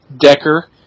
Decker